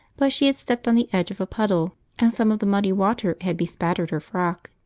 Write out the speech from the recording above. but she had stepped on the edge of a puddle and some of the muddy water had bespattered her frock.